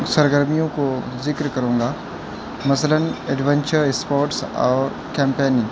سرگرمیوں کو ذکر کروں گا مثلاً ایڈوینچر اسپورٹس اور کیمپیننگ